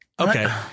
Okay